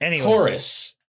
Chorus